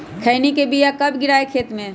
खैनी के बिया कब गिराइये खेत मे?